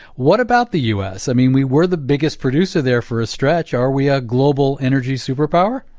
what about the u s? i mean, we were the biggest producer there for a stretch. are we a global energy superpower?